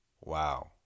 wow